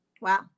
Wow